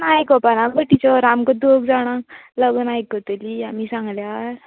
पूण आयकपाना टीचर आमकां दोग जाणांक लागून आयकतली आमी सागल्यार